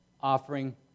offering